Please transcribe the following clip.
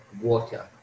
water